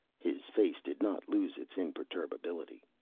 his face did not lose its imperturbability.